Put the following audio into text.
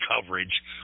coverage